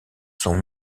sont